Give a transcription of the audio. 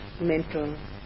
mental